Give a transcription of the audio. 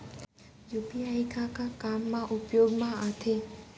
UPI का का काम मा उपयोग मा आथे?